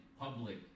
public